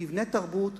כבני-תרבות,